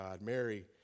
Mary